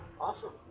Awesome